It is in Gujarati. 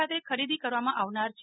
ખાતે ખરીદી કરવામાં આવનાર છે